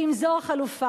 ואם זו החלופה,